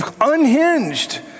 unhinged